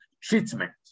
treatment